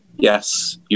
Yes